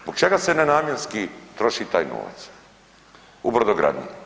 Zbog čega se nenamjenski troši taj novac u brodogradnji?